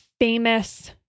famous